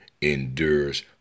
endures